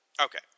Okay